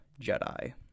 Jedi